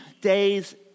days